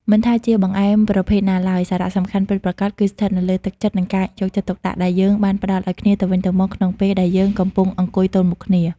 មិនថាជាបង្អែមប្រភេទណាឡើយ សារៈសំខាន់ពិតប្រាកដគឺស្ថិតនៅលើ «ទឹកចិត្ត» និង «ការយកចិត្តទុកដាក់» ដែលយើងបានផ្ដល់ឱ្យគ្នាទៅវិញទៅមកក្នុងពេលដែលយើងកំពុងអង្គុយទល់មុខគ្នា។